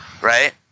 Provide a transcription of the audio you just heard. right